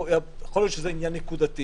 יכול להיות שזה עניין נקודתי,